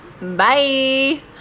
Bye